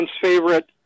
favorite